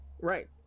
right